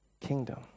kingdom